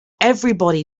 everybody